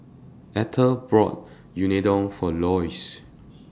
Etter bought Unadon For Loyce